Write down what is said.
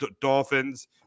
Dolphins